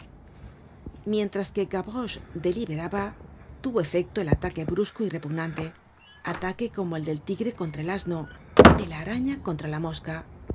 mientras que gavroche deliberaba tuvo efecto el ataque brusco y repugnante ataque como el del tigre contra el asno de la araña contra la mosca